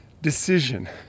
decision